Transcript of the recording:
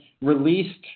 released